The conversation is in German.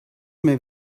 mehr